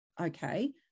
Okay